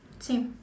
same